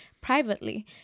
privately